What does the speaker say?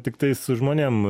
tiktais su žmonėm